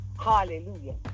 hallelujah